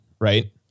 Right